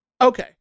Okay